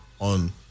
on